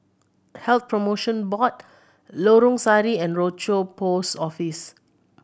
Health Promotion Board Lorong Sari and Rochor Post Office